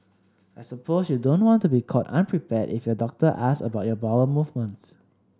I suppose you don't want to be caught unprepared if your doctor asks about your bowel movements